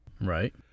Right